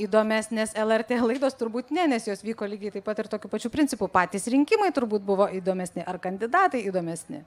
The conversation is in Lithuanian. įdomesnės lrt laidos turbūt ne nes jos vyko lygiai taip pat ir tokiu pačiu principu patys rinkimai turbūt buvo įdomesni ar kandidatai įdomesni